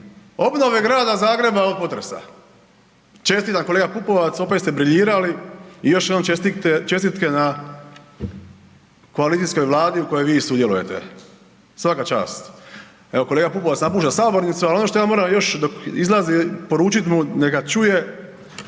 obnove Grada Zagreba od potresa. Čestitam kolega opet ste briljirali i još jednom čestitke na koalicijskoj vladi u kojoj vi sudjelujete, svaka čast. Evo kolega Pupovac napušta sabornicu, ali ono što ja moram još dok izlazi poručit mu neka čuje